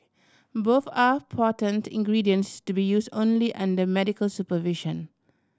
both are potent ingredients to be use only under medical supervision